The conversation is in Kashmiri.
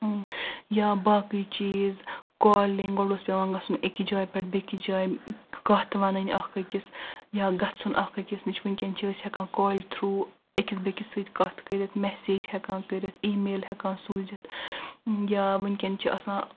یا باقٕے چیز کالنگ گۄڈٕ اوس پیٚوان گژھن أکس جایہِ پٮ۪ٹھ بیٚکس جایہِ کتھ ونٕنۍ اکھ أکس یا گژھُن اکھ أکس نِش ونکیٚن چھ أسۍ ہیٚکان کالہِ تھرو أکس بیٚکس سۭتۍ کتھ کٔرتھ مسیج ہیٚکان کٔرتھ ای میل ہیٚکان سوزتھ یا ونکیٚن چھِ آسان